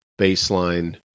baseline